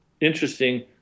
interesting